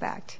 fact